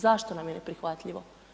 Zašto nam je neprihvatljivo?